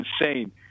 insane